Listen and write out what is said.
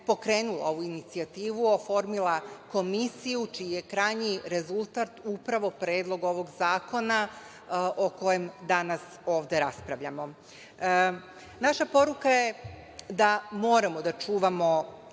pokrenula ovu inicijativu, oformila komisiju čiji je krajnji rezultat upravo Predlog ovog zakona o kojem danas raspravljamo. Naša poruka je da moramo da čuvamo